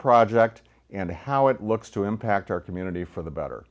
project and how it looks to impact our community for the better